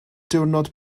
diwrnod